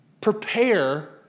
Prepare